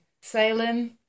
Salem